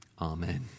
Amen